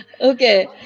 Okay